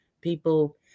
people